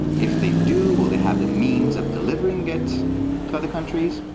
if they do, will they have the means of delivering it to other countries?